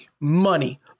Money